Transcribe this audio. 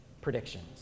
predictions